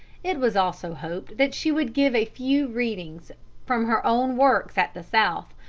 it was also hoped that she would give a few readings from her own works at the south,